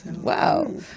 Wow